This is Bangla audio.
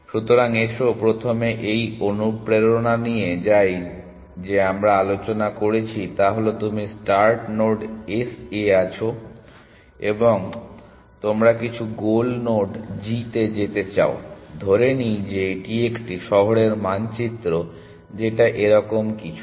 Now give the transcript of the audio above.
সুতরাং এসো প্রথমে এই অনুপ্রেরণা নিয়ে যাই যে আমরা আলোচনা করেছি তা হল তুমি স্টার্ট নোড S এ আছো এবং তোমরা কিছু গোল নোড g তে যেতে চাও ধরে নিই যে এটি একটি শহরের মানচিত্র যেটা এরকম কিছু